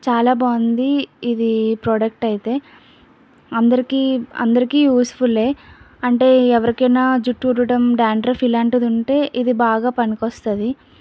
చాలా బాగుంది ఇది ప్రోడక్ట్ అయితే అందరికీ అందరికీ యూజ్ఫుల్లే అంటే ఎవరికైనా జుట్టు ఊడటం డాండ్రఫ్ ఇలాంటిది ఉంటే ఇది బాగా పనికి వస్తుంది